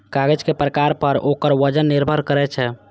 कागज के प्रकार पर ओकर वजन निर्भर करै छै